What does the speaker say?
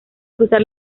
cruzar